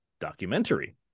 Documentary